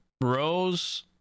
Rose